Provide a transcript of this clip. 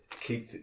Keep